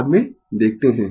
बाद में देखते है